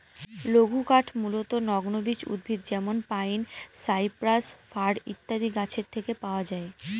লঘুকাঠ মূলতঃ নগ্নবীজ উদ্ভিদ যেমন পাইন, সাইপ্রাস, ফার ইত্যাদি গাছের থেকে পাওয়া যায়